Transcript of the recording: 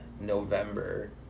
November